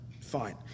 Fine